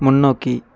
முன்னோக்கி